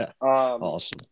Awesome